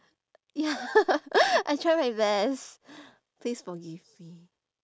ya I try my best please forgive me